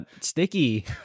sticky